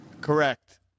Correct